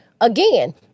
again